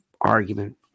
argument